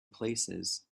places